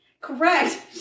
Correct